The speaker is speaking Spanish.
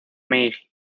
meiji